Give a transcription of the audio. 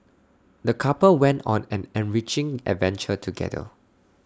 the couple went on an enriching adventure together